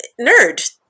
nerd